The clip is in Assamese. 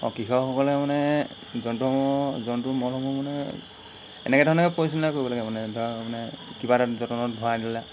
অঁ কৃষকসকলে মানে জন্তুসমূহ জন্তুৰ মলসমূহ মানে এনেকৈ ধৰণে পৰিচালনা কৰিব লাগে মানে ধৰক মানে কিবা এটা যতনত ভৰাই ধৰি লোৱা